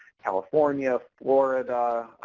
california, florida,